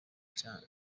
cya